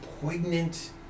poignant